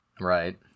Right